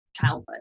childhood